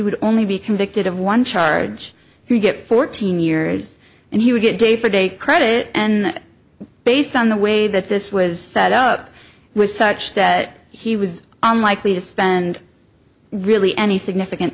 would only be convicted of one charge you get fourteen years and he would get day for day credit and based on the way that this was set up was such that he was unlikely to spend really any significant